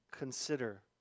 consider